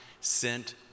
sent